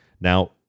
Now